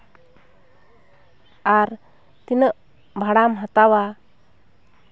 ᱟᱨ ᱛᱤᱱᱟᱹᱜ ᱵᱷᱟᱲᱟᱢ ᱦᱟᱛᱟᱣᱟ